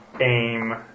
aim